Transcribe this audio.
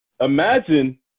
Imagine